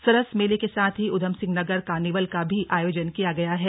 सरस मेले के साथ ही ऊधमसिंह नगर कार्नीवाल का भी आयोजन किया गया है